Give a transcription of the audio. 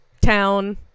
town